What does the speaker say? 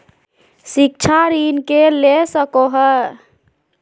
शिक्षा ऋण के ले सको है?